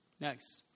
Next